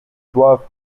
doivent